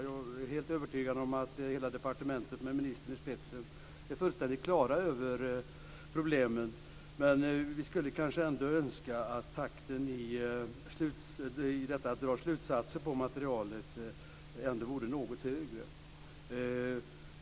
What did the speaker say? Jag är helt övertygad om att hela departementet, med ministern i spetsen, är fullständigt på det klara med problemen. Men vi skulle ändå önska att takten man håller när man drar slutsatser av materialet vore något högre.